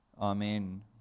Amen